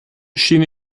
schien